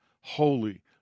holy